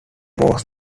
was